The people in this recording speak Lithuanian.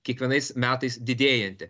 kiekvienais metais didėjanti